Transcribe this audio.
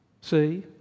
See